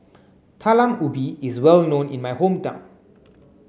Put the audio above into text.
Talam Ubi is well known in my hometown